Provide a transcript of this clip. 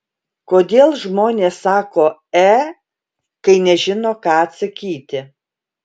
kodėl žmonės sako e kai nežino ką atsakyti